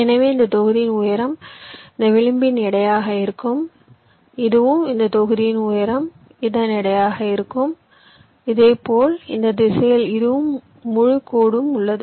எனவே இந்த தொகுதியின் உயரம் இந்த விளிம்பின் எடையாக இருக்கும் இதுவும் இந்த தொகுதியின் உயரம் இதன் எடையாக இருக்கும் இதேபோல் இந்த திசையில் இதுவும் முழு கோடும் உள்ளது